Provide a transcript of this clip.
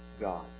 God